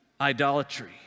idolatry